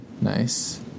Nice